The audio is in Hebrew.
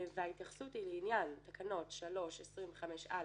וההתייחסות היא לעניין תקנות 3, 25(א),